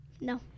No